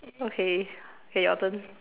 okay okay your turn